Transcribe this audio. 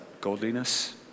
godliness